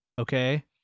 Okay